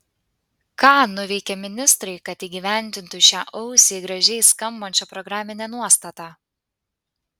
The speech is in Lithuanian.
ką nuveikė ministrai kad įgyvendintų šią ausiai gražiai skambančią programinę nuostatą